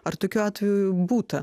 ar tokių atvejų būta